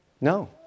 No